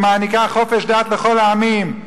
שמעניקה חופש דת לכל העמים,